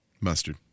Mustard